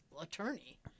attorney